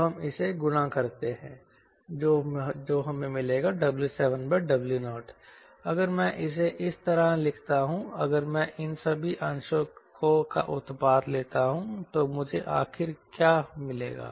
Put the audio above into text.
अब हम इसे गुणा करते हैं W7W0W1W0W2W1W3W2W4W3W5W4W6W5 W7W6 अगर मैं इसे इस तरह लिखता हूं अगर मैं इन सभी अंशों का उत्पाद लेता हूं तो मुझे आखिर क्या मिलेगा